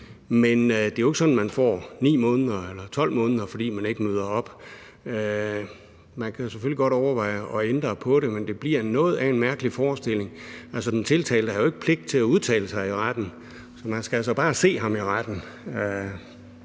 Men det er jo ikke sådan, at man får 9 måneder eller 12 måneder, fordi man ikke møder op. Man kan selvfølgelig godt overveje at ændre på det, men det bliver noget af en mærkelig forestilling. Altså, den tiltalte har jo ikke pligt til at udtale sig i retten. Så man skal altså bare se ham i retten